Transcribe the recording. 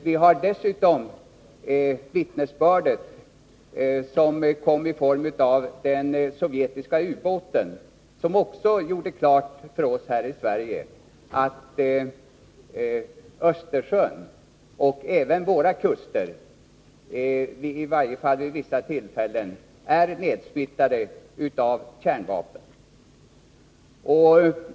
Vi har dessutom vittnesbördet i form av den sovjetiska ubåten. Det gjorde också klart för oss här i Sverige att Östersjön och även våra kuster, i varje fall vid vissa tillfällen, är nedsmittade av kärnvapen.